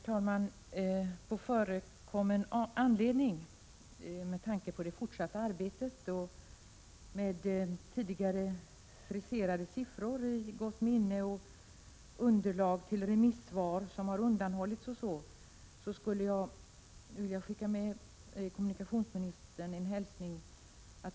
Herr talman! På förekommen anledning, med tanke på det fortsatta arbetet, med tidigare friserade siffror i gott minne, väl medveten om att underlag till remissvar har undanhålitts etc. skulle jag vilja skicka med kommunikationsministern en hälsning.